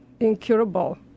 incurable